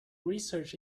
research